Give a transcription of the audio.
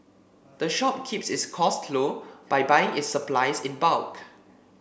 the shop keeps its costs low by buying its supplies in bulk